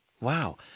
Wow